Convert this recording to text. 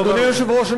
אדוני היושב-ראש,